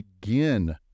begin